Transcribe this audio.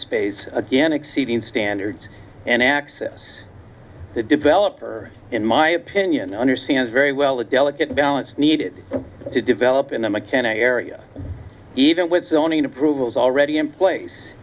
space again exceeding standards and access developer in my opinion understands very well the delicate balance needed to develop in a mechanic area even with zoning approvals already in place